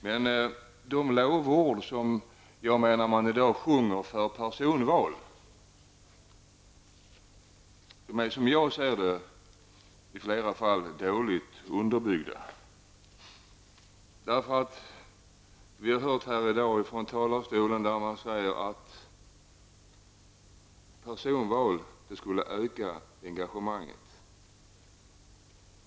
Men de lovord som jag menar att man i dag uttalar för personval är, som jag ser det, i många fall dåligt underbyggda. Vi har i dag hört att man från talarstolen säger att personval skulle öka engagemanget.